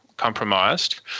compromised